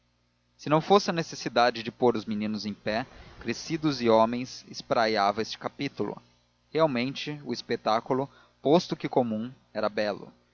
se não fosse a necessidade de pôr os meninos em pé crescidos e homens espraiava este capítulo realmente o espetáculo posto que comum era belo